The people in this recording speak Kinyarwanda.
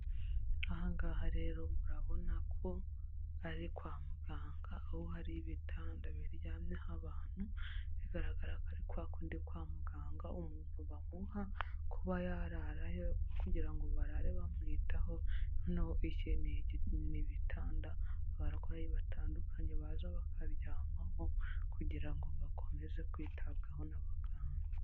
Ahangaha rero murabona ko ari kwa muganga, aho hari ibitanda biryamyeho abantu, bigaragara ko ari kwa kudi kwa muganga, umuntu bamuha kuba yararayo kugira ngo barare bamwitaho, noneho ikindi n'ibitanda abarwayi batandukanye baza bakaryamaho, kugira ngo bakomeze kwitabwaho n'abaganga.